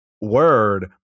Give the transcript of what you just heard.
word